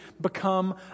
become